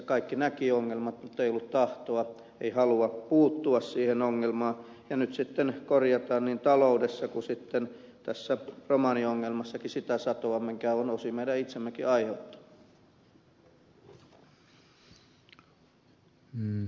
kaikki näkivät ongelmat mutta ei ollut tahtoa ei halua puuttua siihen ongelmaan ja nyt sitten korjataan niin taloudessa kuin tässä romaniongelmassakin sitä satoa mikä on osin meidän itsemmekin aiheuttama